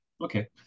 Okay